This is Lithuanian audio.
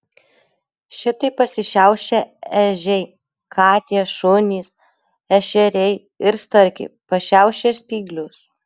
šitaip pasišiaušia ežiai katės šunys ešeriai ir starkiai pašiaušia spyglius